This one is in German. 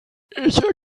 ich